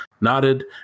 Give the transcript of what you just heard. nodded